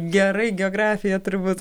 gerai geografiją turbūt